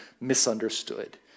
misunderstood